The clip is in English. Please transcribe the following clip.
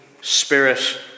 Spirit